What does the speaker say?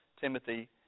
Timothy